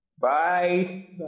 Bye